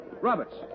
Roberts